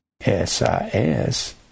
s-i-s